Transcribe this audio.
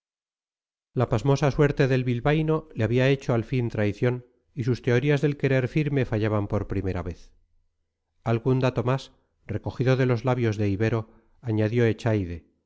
la pasmosa suerte del bilbaíno le había hecho al fin traición y sus teorías del querer firme fallaban por primera vez algún dato más recogido de los labios de ibero añadió echaide a